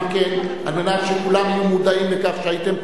כדי שכולם יהיו מודעים לכך שהייתם פה.